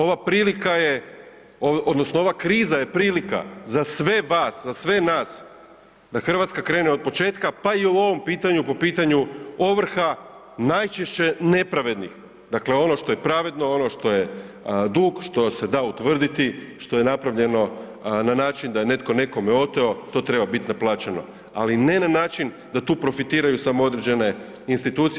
Ova prilika je, odnosno ova kriza je prilika za sve vas, za sve nas da RH krene otpočetka, pa i u ovom pitanju, po pitanju ovrha, najčešće nepravednih, dakle ono što je pravedno, ono što je dug, što se da utvrditi, što je napravljeno na način da je netko nekome oteo, to treba bit naplaćeno, ali ne na način da tu profitiraju samo određene institucije.